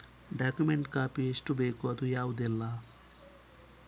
Document copy ಎಷ್ಟು ಬೇಕು ಅದು ಯಾವುದೆಲ್ಲ?